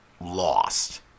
lost